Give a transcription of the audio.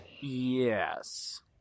Yes